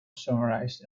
summarised